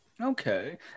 Okay